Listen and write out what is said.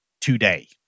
today